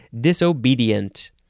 Disobedient